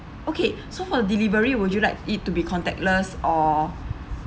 okay so for the delivery would you like it to be contactless or